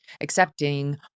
accepting